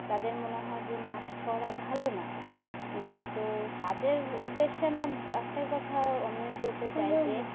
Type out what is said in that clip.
তাদের মনে হয় যে নাচ করা ভালো না তো তাদের উদ্দেশ্যে আমার একটাই কথা আমি বলতে চাই যে